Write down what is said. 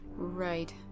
Right